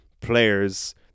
players